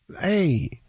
Hey